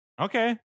okay